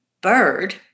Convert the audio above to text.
bird